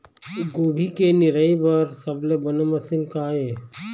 गोभी के निराई बर सबले बने मशीन का ये?